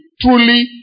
truly